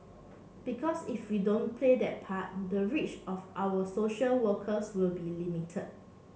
because if we don't play that part the reach of our social workers will be limited